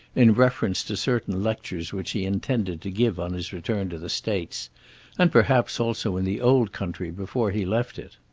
in reference to certain lectures which he intended to give on his return to the states and perhaps also in the old country before he left it.